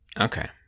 Okay